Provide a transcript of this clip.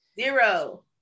Zero